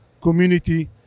community